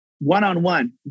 one-on-one